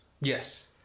yes